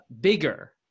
bigger